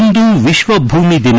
ಇಂದು ವಿಶ್ವ ಭೂಮಿ ದಿನ